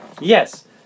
Yes